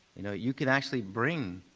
you know you can actually bring